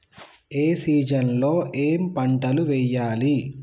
ఏ season లో ఏం పంటలు వెయ్యాలి?